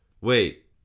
Wait